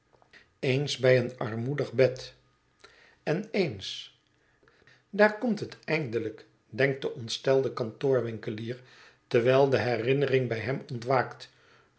eens bij een armoedig bed en eens daar komt het eindelijk denkt de ontstelde kantoorwinkelier terwijl de herinnering bij hem ontwaakt